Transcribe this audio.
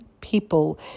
people